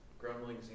Grumbling